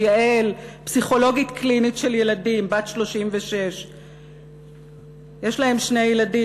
יעל פסיכולוגית קלינית של ילדים בת 36. יש להם שני ילדים.